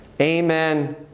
Amen